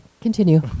continue